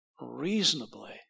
reasonably